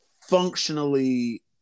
functionally